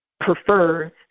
prefers